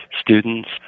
students